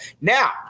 Now